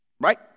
right